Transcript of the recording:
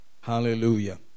Hallelujah